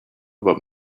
about